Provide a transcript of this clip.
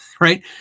right